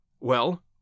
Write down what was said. Well